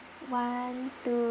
one two